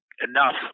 enough